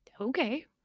okay